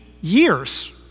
years